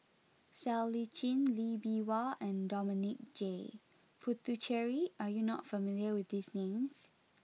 Siow Lee Chin Lee Bee Wah and Dominic J Puthucheary are you not familiar with these names